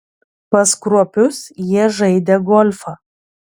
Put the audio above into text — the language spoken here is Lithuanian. pas kruopius jie žaidė golfą